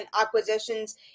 acquisitions